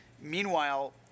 Meanwhile